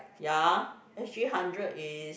ya S_G hundred is